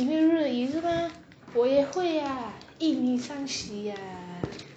你会日语是吗我也会 ah ah